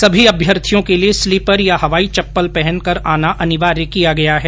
सभी अभ्यर्थियों के लिये सिलिपर या हवाई चप्पल पहनकर आना अनिवार्य किया गया है